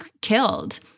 killed